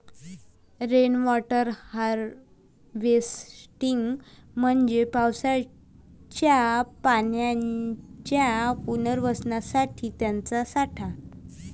rain water harvesting म्हणजे पावसाच्या पाण्याच्या पुनर्वापरासाठी त्याचा साठा